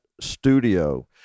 studio